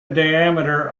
diameter